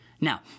Now